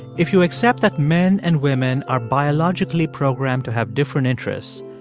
if you accept that men and women are biologically programmed to have different interests,